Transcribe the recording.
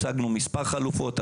הצגנו מספר חלופות.